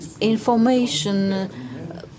information